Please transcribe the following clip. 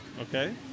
Okay